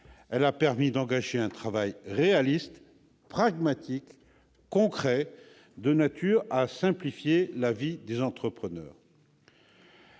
Elle a permis d'engager un travail réaliste, pragmatique, concret, de nature à simplifier la vie des entrepreneurs.